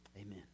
amen